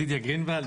גרינוולד,